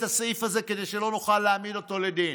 הסעיף הזה כדי שלא נוכל להעמיד אותו לדין.